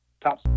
top